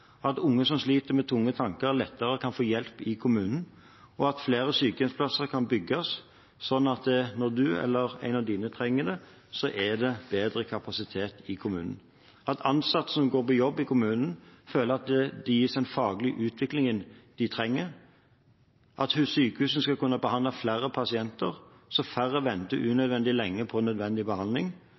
at unge som sliter med tunge tanker, lettere kan få hjelp i kommunen at flere sykehjemsplasser kan bygges, sånn at når du eller en av dine trenger det, er det bedre kapasitet i kommunen at ansatte som går på jobb i kommunen, føler at de gis den faglige utviklingen de trenger at sykehusene skal kunne behandle flere pasienter, så færre venter unødvendig lenge på nødvendig behandling.